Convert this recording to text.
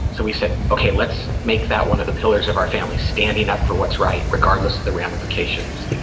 so we said, okay. let's make that one of the pillars of our family standing up for what's right, regardless of the ramifications.